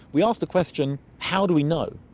we ask the question how do we know?